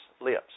lips